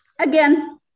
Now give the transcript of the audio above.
Again